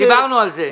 דיברנו על זה.